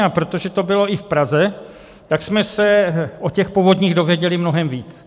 A protože to bylo i v Praze, tak jsme se o povodních dozvěděli mnohem víc.